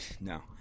No